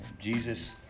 Jesus